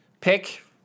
pick